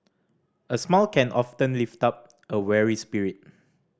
a smile can often lift up a weary spirit